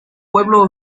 pueblo